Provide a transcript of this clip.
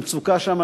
המצוקה שם,